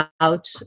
out